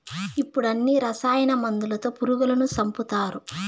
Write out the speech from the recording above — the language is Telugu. ఇప్పుడు అన్ని రసాయన మందులతో పురుగులను సంపుతారు